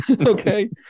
Okay